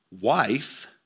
wife